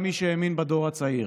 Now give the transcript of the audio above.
אני מבקש כל שבוע, השר,